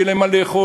שיהיה להם מה לאכול.